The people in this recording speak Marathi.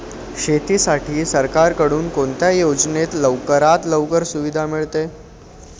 शेतीसाठी सरकारकडून कोणत्या योजनेत लवकरात लवकर सुविधा मिळते?